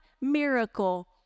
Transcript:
miracle